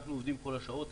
אנחנו עובדים בכל השעות,